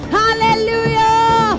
hallelujah